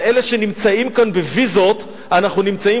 על אלה שנמצאים כאן בוויזות אנחנו נמצאים